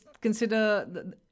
consider